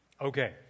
Okay